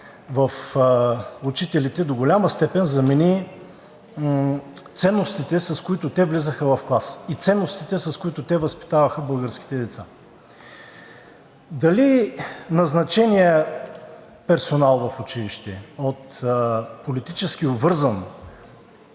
в учителите до голяма степен замени ценностите, с които те влизаха в клас, и ценностите, с които те възпитаваха българските деца. Дали назначеният персонал в училище от политически обвързан